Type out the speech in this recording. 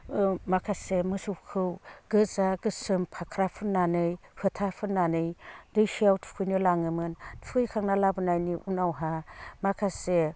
माखासे मोसौखौ गोजा गोसोम फाख्रा फुननानै फोथा फुननानै दैसायाव थुखैनो लाङोमोन थुखैखांना लाबोनानै उनावहा माखासे